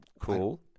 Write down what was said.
Cool